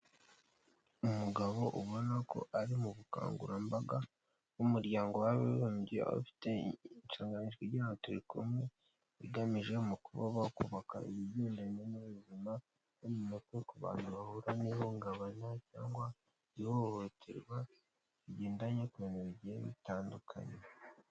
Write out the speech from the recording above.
Umugabo ubona ko ari mu bukangurambaga bw'umuryango w'abibumbye w'abafite inshingano igira iti turi kumwe igamije mu kuba wakubaka ibigendanye n'ubuzima bwo mu mutwe ku bantu bahura n'ihungabana cyangwa ihohoterwa rigendanye ku bintu bigiye bitandukanye.